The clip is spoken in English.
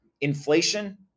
Inflation